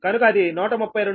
కనుక అది 132 KV